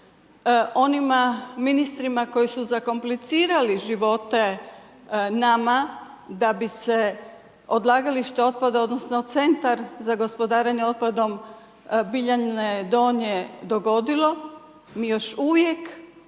onima ministrima koji su zakomplicirali živote nama, da bi se odlagalište otpada, odnosno, centar za gospodarenje otokom, Biljane Donje dogodilo, mi još uvijek